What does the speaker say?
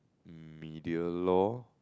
media law